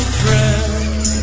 friend